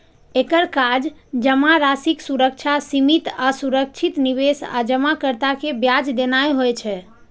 एकर काज जमाराशिक सुरक्षा, सीमित आ सुरक्षित निवेश आ जमाकर्ता कें ब्याज देनाय होइ छै